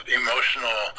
emotional